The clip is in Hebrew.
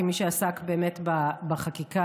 כמי שעסק באמת בחקיקה,